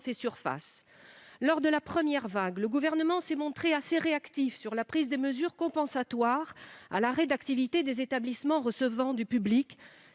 surface. Lors de la première vague, le Gouvernement s'est montré assez réactif sur la prise de mesures compensatoires à l'arrêt d'activité des établissements recevant du public,